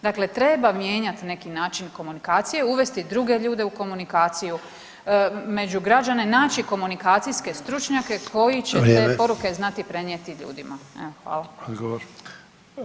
Dakle, treba mijenjati na neki način komunikacije, uvesti druge ljude u komunikaciju, među građane naći komunikacijske stručnjake koji će te poruke znati prenijeti ljudima [[Upadica Sanader: vrijeme.]] Hvala.